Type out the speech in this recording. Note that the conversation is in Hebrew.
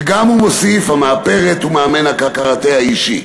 וגם, הוא מוסיף, המאפרת ומאמן הקראטה האישי.